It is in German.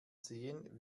sehen